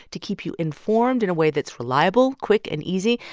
to keep you informed in a way that's reliable, quick and easy.